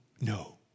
no